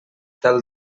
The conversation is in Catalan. tal